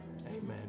Amen